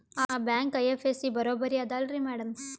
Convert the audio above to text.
ಆ bank IFSC ಬರೊಬರಿ ಅದಲಾರಿ ಮ್ಯಾಡಂ?